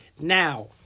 Now